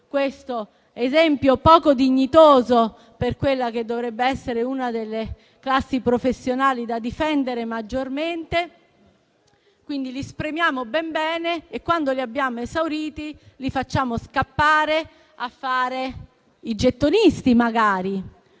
questo esempio poco dignitoso per quella che dovrebbe essere una delle classi professionali da difendere maggiormente. Quindi li spremiamo ben bene e, quando li abbiamo esauriti, li facciamo scappare a fare i gettonisti magari,